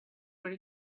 were